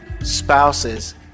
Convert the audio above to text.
spouses